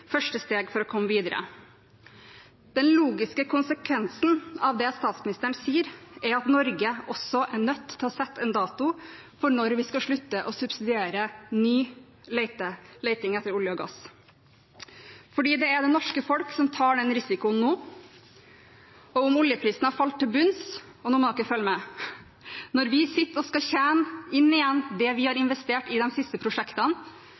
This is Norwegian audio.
første steg for å komme videre. Den logiske konsekvensen av det statsministeren sier, er at Norge også er nødt til å sette en dato for når vi skal slutte å subsidiere ny leting etter olje og gass. Det er det norske folk som tar den risikoen nå, og om oljeprisen har falt til bunns – og nå må dere følge med – når vi sitter og skal tjene inn igjen det vi har investert i de siste prosjektene,